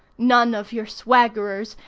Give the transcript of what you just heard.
none of your swaggerers,